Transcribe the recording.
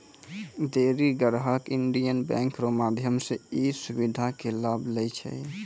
ढेरी ग्राहक Indian bank रो माध्यम से ई सुविधा के लाभ लै छै